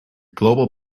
global